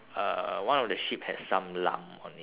uh one of the sheep has some lump on it